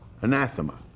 anathema